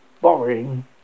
boring